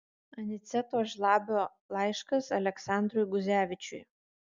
aniceto žlabio laiškas aleksandrui guzevičiui